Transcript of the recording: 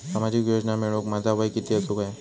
सामाजिक योजना मिळवूक माझा वय किती असूक व्हया?